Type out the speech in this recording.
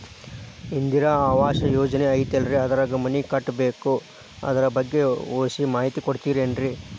ಇಂದಿರಾ ಆವಾಸ ಯೋಜನೆ ಐತೇಲ್ರಿ ಅದ್ರಾಗ ಮನಿ ಕಟ್ಬೇಕು ಅದರ ಬಗ್ಗೆ ಒಸಿ ಮಾಹಿತಿ ಕೊಡ್ತೇರೆನ್ರಿ?